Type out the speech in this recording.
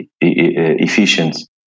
efficient